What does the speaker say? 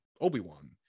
Obi-Wan